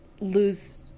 lose